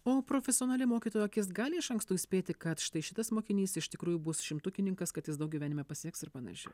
o profesionali mokytojo akis gali iš anksto įspėti kad štai šitas mokinys iš tikrųjų bus šimtukininkas kad jis daug gyvenime pasieks ir panašiai